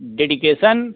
dedication